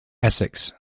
essex